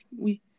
Oui